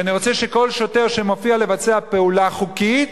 כי אני רוצה שכל שוטר שמופיע לבצע פעולה חוקית,